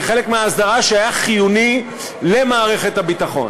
כחלק מההסדרה שהייתה חיונית למערכת הביטחון.